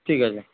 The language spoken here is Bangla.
ঠিক আছে